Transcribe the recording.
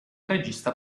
regista